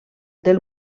del